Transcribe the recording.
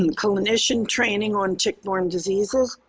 and clinician training on tick-borne diseases,